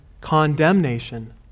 condemnation